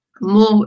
more